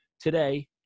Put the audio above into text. today